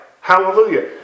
Hallelujah